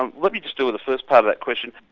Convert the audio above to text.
um let me just deal with the first part of that question.